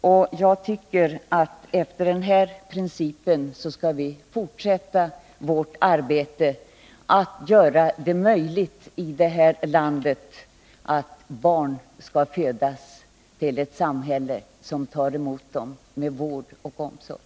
Låt oss fortsätta vårt arbete efter principen att försöka möjliggöra att barn i detta land föds i ett samhälle som tar emot dem och vårdar dem med omsorg.